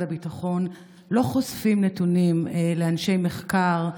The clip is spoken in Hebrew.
הביטחון לא חושפת נתונים לאנשי מחקר,